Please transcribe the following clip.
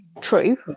true